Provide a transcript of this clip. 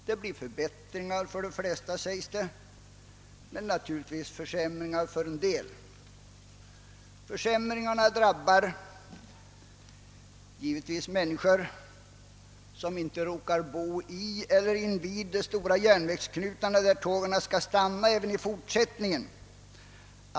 Detta innebär förbättringar för de flesta — sägs det — men naturligtvis försämringar för en del. Försämringarna drabbar givetvis människor som inte råkar bo i eller invid de stora järnvägsknutarna där tågen skall stanna även i fortsättningen.